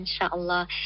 insha'Allah